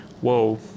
whoa